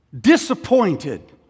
disappointed